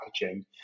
packaging